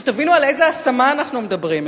שתבינו על איזו השמה אנחנו מדברים,